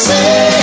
Say